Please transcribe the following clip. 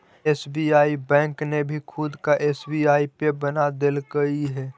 SBI bank ने भी खुद का एस.बी.आई पे बना देलकइ हे